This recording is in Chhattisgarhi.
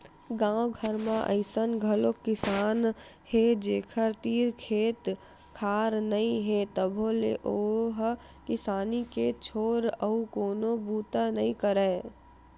गाँव घर म अइसन घलोक किसान हे जेखर तीर खेत खार नइ हे तभो ले ओ ह किसानी के छोर अउ कोनो बूता नइ करय